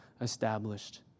established